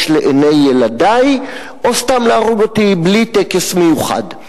לעיני ילדי או סתם להרוג אותי בלי טקס מיוחד.